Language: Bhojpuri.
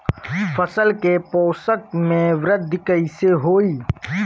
फसल के पोषक में वृद्धि कइसे होई?